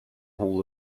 hall